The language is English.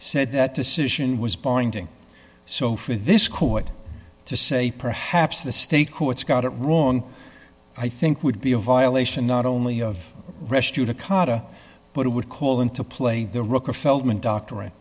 said that decision was pointing so for this court to say perhaps the state courts got it wrong i think would be a violation not only of rush to the car but it would call into play the rocker feltman doctorate